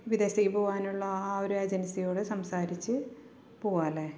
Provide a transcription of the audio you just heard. വിദേശത്തേക്ക് പോകാനുള്ള ആ ഒരു ഏജൻസിയോട് സംസാരിച്ച് പോകാം അല്ലേ